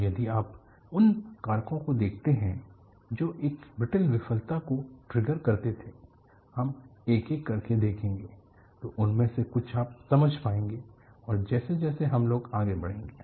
और यदि आप उन कारकों को देखते हैं जो एक ब्रिटल विफलता को ट्रिगर करते थे हम एक एक करके देखेंगे तो उनमें से कुछ आप समझ पाएंगे जैसे जैसे हम लोग आगे बढ़ेंगे